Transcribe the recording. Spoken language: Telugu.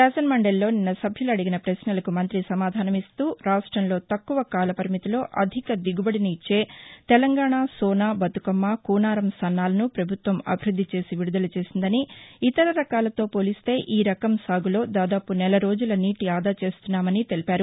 శాసన మండలిలో నిన్న సభ్యులు అడిగిన ప్రశ్నలకు మంత్రి సమాధానమిస్తూ రాష్ట్రంలో తక్కువ కాలపరిమితిలో అధిక దిగుబడిని ఇచ్చే తెలంగాణ సోన బతుకమ్మ కూనారం సన్నాల ను ప్రభుత్వం అభివృద్దిచేసి విడుదల చేసిందని ఇతర రకాలతో పోలిస్తే ఈ రకం సాగులో దాదాపు నెల రోజుల నీటి ఆదా చేస్తున్నామని తెలిపారు